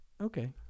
okay